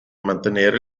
mantenere